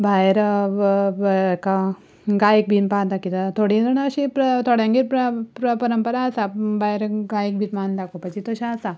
भायर हेका गायेक बी पान दाखयता थोडीं जाणां अशीं थोड्यांगेर परंपरा आसा भायर गायेक बी पान दाखोवपाची तशें आसा